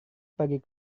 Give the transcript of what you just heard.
pergi